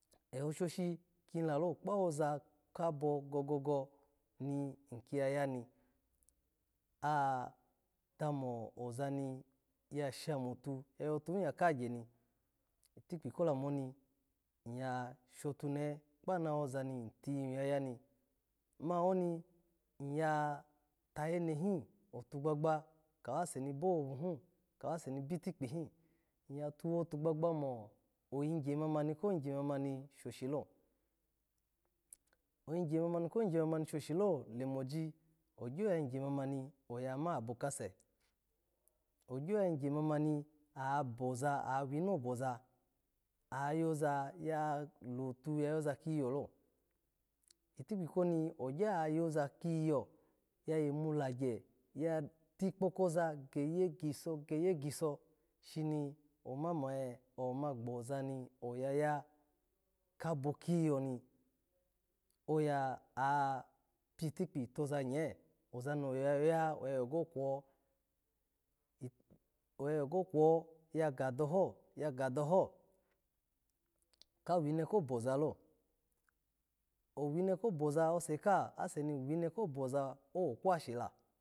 Eho shoshi ki lalo kpawoza gogo-gogo miki ya yani, ar damoza ni ya shami ofu, oya yatuhi ya kagye itkpi ko lamu oni, iya shotunehe kpa nawoza mi tiyu ya yani mani oni iya tayenehi otargbagba. kawase boho bo hi kawase ni bitikpi hi, iya tuwotugbagba ino oyi gye mani kpo yigye mani shoshi lo, oyigye kpoyigye mamani shoshilemoji. ogyo ya yigye mamani oya ma abokase, ogyo yagye mamani aboza awino boza, ayoza ya lotu kiyula. Itikpi komi ogya yoza kiyo yemu lagye tikpo ko za giye giso, giye giso shini oma mo eh awoma kpoza ni oya ya kabo kiyo ni, oya a-r-pitikpi tiozanye, oza ni oya ya, oya yogokwo, oya yoko kwo ya ga doho, ya ga doho, kawi ne koboza lo, owimo koboza, oseka ho, ase ni ulinokoboza, owolatushila.